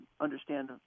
understand